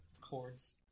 chords